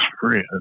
friend